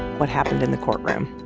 what happened in the courtroom